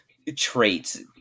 traits